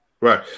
Right